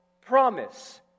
promise